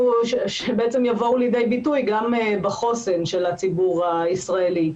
שבעצם יבואו לידי ביטוי גם בחוסן של הציבור הישראלי.